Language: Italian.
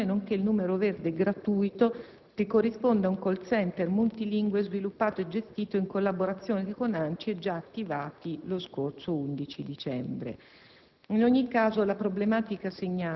che si affianca al Portale immigrazione, nonché al numero verde gratuito che corrisponde ad un *call center* multilingue sviluppato e gestito in collaborazione con l'ANCI, già attivati lo scorso 11 dicembre.